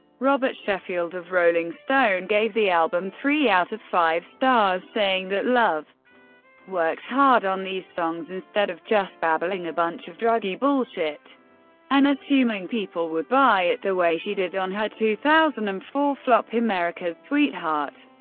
robert sheffield of rolling stone gave the album three out of five stars, saying that love worked hard on these songs, instead of just babbling a bunch of druggy bullshit and assuming people would buy it, the way she did on her two thousand and four flop, america's sweetheart.